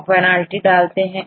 और पेनाल्टी डालते हैं